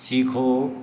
सीखो